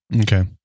Okay